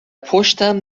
پشتم